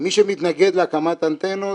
מי שמתנגד להקמת האנטנות